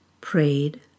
prayed